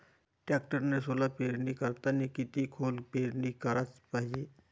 टॅक्टरनं सोला पेरनी करतांनी किती खोल पेरनी कराच पायजे?